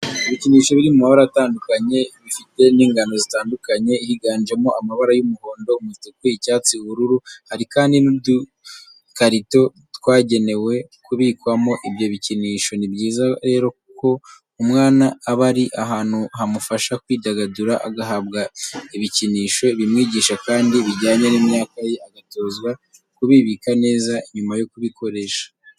Ibikinisho biri mu mabara atandukanye bifite n'ingano zitandukanye, higanjemo amabara y'umuhondo, umutuku, icyatsi, ubururu, hari kandi n'udukarito twagenewe kubikwamo ibyo bikinisho. Ni byiza rero ko umwana aba ari ahantu hamufasha kwidagadura, agahabwa ibikinisho bimwigisha kandi bijyanye n'imyaka ye, agatozwa kubibika neza nyuma yo kubikoresha.